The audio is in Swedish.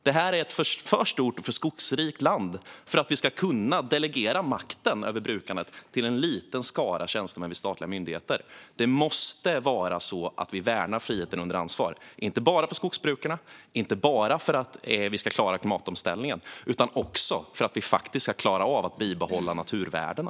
Det här är ett för stort och för skogsrikt land för att vi ska kunna delegera makten över brukandet till en liten skara tjänstemän vid statliga myndigheter. Det måste vara så att vi värnar frihet under ansvar, inte bara för skogsbrukarna och inte bara för att vi ska klara klimatomställningen utan också för att vi faktiskt ska klara av att bibehålla naturvärdena.